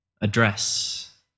address